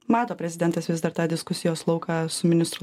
mato prezidentas vis dar tą diskusijos lauką su ministru